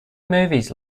movies